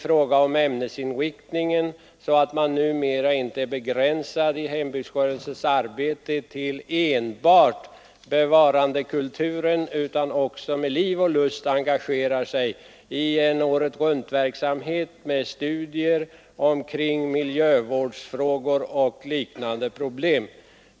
Hembygdsrörelsen begränsar numera inte sitt arbete till enbart kulturbevarandet, utan engagerar sig med liv och lust i åretruntverksamhet med studier omkring miljövårdsfrågor och liknande problem.